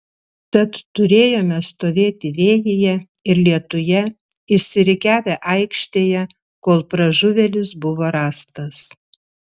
tad turėjome stovėti vėjyje ir lietuje išsirikiavę aikštėje kol pražuvėlis buvo rastas